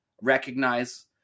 recognize